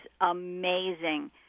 amazing